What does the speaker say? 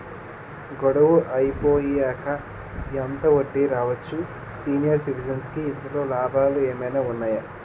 గడువు అయిపోయాక ఎంత వడ్డీ రావచ్చు? సీనియర్ సిటిజెన్ కి ఇందులో లాభాలు ఏమైనా ఉన్నాయా?